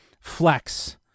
flex